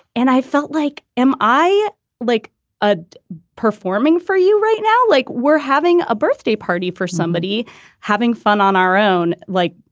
and i felt like, am i like a performing for you right now? like, we're having a birthday party for somebody having fun on our own, like.